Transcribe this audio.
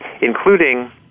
including